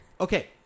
okay